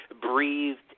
breathed